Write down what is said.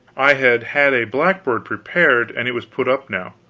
i had had a blackboard prepared, and it was put up now,